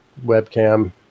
webcam